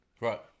Right